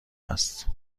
است